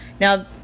now